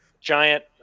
giant